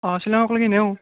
অ' শ্বিলংক লেগি নিওঁ